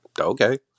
Okay